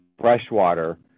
freshwater